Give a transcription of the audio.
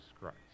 christ